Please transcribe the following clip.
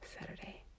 Saturday